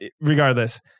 regardless